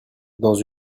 dans